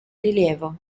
rilievo